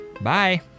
Bye